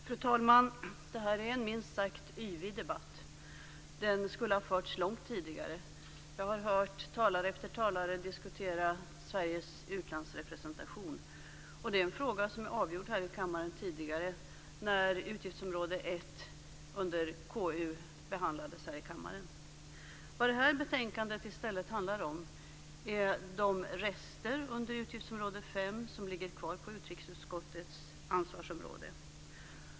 Fru talman! Det här är en minst sagt yvig debatt. Den skulle ha förts långt tidigare. Jag har hört talare efter talare diskutera Sveriges utlandsrepresentation. Det är en fråga som är avgjord här i kammaren tidigare, när utgiftsområde 1 under KU behandlades. Vad det här betänkandet i stället handlar om är de rester under utgiftsområde 5 som ligger kvar på utrikesutskottets ansvarsområde.